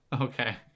Okay